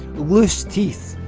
loose teeth,